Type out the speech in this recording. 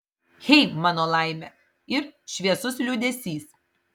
hey mano laime ir šviesus liūdesys